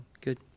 good